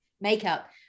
makeup